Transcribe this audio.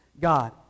God